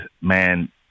man